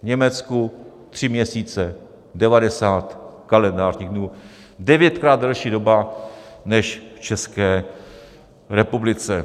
V Německu tři měsíce, 90 kalendářních dnů, devětkrát delší doba než v České republice.